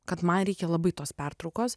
kad man reikia labai tos pertraukos